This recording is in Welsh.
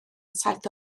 saith